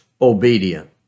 obedient